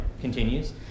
continues